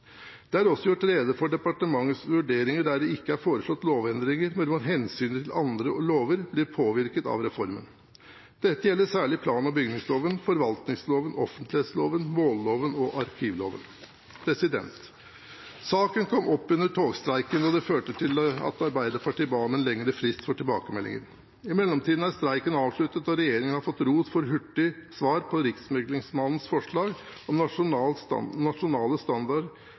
Det er også gjort rede for departementets vurderinger der det ikke er foreslått lovendringer, men hvor hensynet til andre lover blir påvirket av reformen. Dette gjelder særlig plan- og bygningsloven, forvaltningsloven, offentlighetsloven, målloven og arkivloven. Saken kom opp under togstreiken, og det førte til at Arbeiderpartiet ba om lengre frist for tilbakemeldinger. I mellomtiden er streiken avsluttet, og regjeringen har fått ros for hurtig svar på Riksmeklerens forslag om